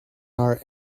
our